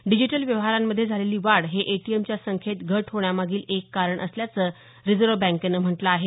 digital व्यवहारामध्ये झालेली वाढ हे एटीएमच्या संख्येत घट होण्यामागील एक कारण असल्याचं रिझर्व्ह बँकेनं म्हटलं आहे